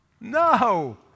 No